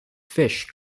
fish